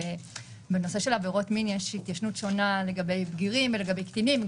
בנושא של עבירות מין יש התיישנות שונה לגבי בגירים ולגבי קטינים.